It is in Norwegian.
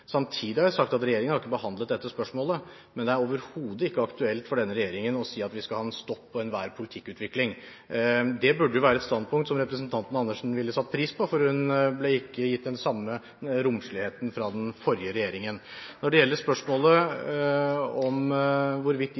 Samtidig har jeg sagt at regjeringen ikke har behandlet dette spørsmålet, men det er overhodet ikke aktuelt for denne regjeringen å si at vi skal ha en stopp i enhver politikkutvikling. Det burde være et standpunkt som representanten Andersen ville satt pris på, for hun ble ikke gitt den samme romsligheten fra den forrige regjeringen. Når det gjelder spørsmålet om hvorvidt